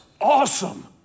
awesome